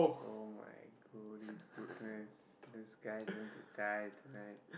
oh my holy goodness this guy is going to die tonight